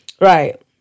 Right